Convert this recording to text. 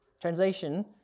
Translation